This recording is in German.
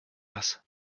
was